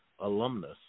alumnus